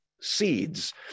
seeds